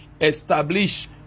establish